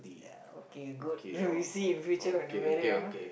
ya okay good then we see in future when you're married ah